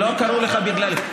לא קראו לך בגללי.